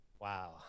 Wow